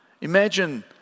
Imagine